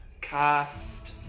cast